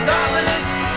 Dominance